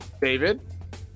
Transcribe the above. David